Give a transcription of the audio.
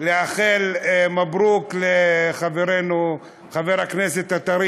לאחל מברוכ לחברנו חבר הכנסת הטרי